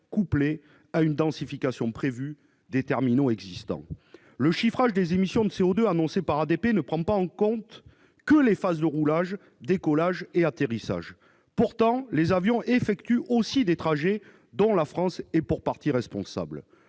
couplée à une densification prévue des terminaux existants. Le chiffrage des émissions de CO2 annoncé par ADP ne prend en compte que les phases de roulage, de décollage et d'atterrissage. Mais les avions effectuent aussi des trajets dont la France est pour partie responsable.